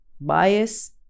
bias